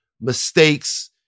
mistakes